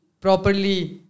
properly